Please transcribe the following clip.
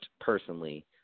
personally